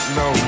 no